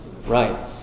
Right